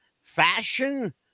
fashion